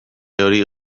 hori